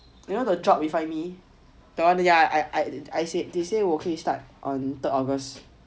you know the job you find me I I they say 我可以 start on third august